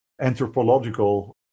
anthropological